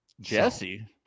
Jesse